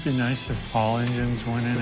nice if all engines